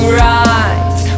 right